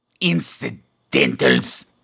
incidentals